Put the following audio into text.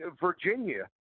Virginia